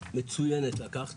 מצוינת לקחת